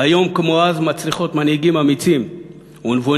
היום כמו אז, מצריכות מנהיגים אמיצים ונבונים,